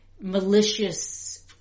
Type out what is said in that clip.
malicious